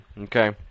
Okay